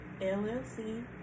llc